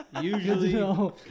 Usually